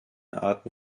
arten